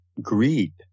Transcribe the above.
greed